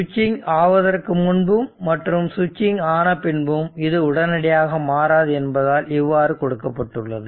சுவிட்சிங் ஆவதற்கு முன்பும் மற்றும் சுவிட்சிங் ஆனபின்பும் இது உடனடியாக மாறாது என்பதால் இவ்வாறு கொடுக்கப்பட்டுள்ளது